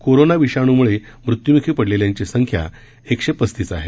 corona विषाणूमुळे मृत्यूमुखी पडलेल्यांची संख्या एकशे पस्तीस आहे